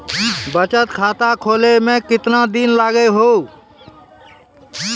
बचत खाता खोले मे केतना दिन लागि हो?